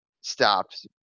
stopped